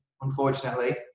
unfortunately